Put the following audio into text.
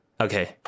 Okay